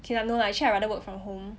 okay lah no lah actually I rather work from home